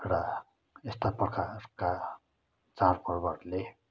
र यस्ता प्रकारका चाडपर्वहरूले